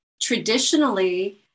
traditionally